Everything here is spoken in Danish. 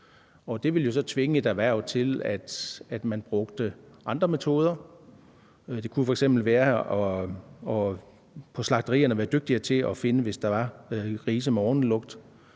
det ville jo så tvinge et erhverv til at bruge andre metoder. Det kunne f.eks. være på slagterierne at være dygtigere til at finde det, hvis der var grise med ornelugt.